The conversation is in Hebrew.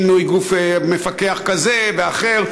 מינוי גוף מפקח כזה ואחר,